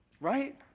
Right